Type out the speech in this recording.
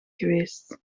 geweest